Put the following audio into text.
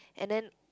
and then